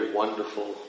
wonderful